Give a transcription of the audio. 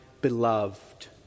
beloved